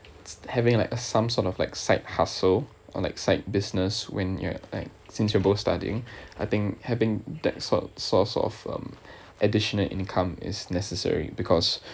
having like a some sort of like side hustle or like side business when you're like since you're both studying I think having that sort source of um additional income is necessary because